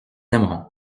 aimeront